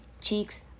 cheeks